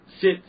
sit